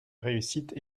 réussite